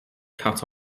cut